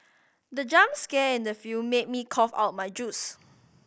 the jump scare in the film made me cough out my juice